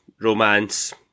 romance